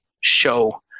show